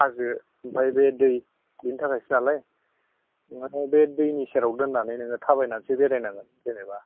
हाजो ओमफ्राय बे दै बेनि थाखायसो नालाय बे दैनि सेराव दोननानै नोङो थाबायनानसो बेरायनांगोन जेनेबा